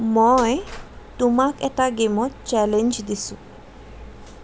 মই তোমাক এটা গে'মত চেলেঞ্জ দিছোঁ